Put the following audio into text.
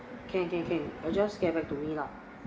can can can you just get back to me lah